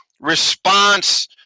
response